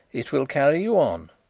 it will carry you on,